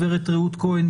גב' רעות כהן,